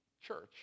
church